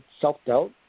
self-doubt